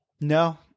No